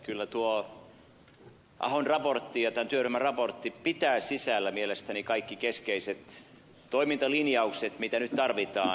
kyllä tuo ahon raportti ja tämän työryhmän raportti pitää sisällä mielestäni kaikki keskeiset toimintalinjaukset mitä nyt tarvitaan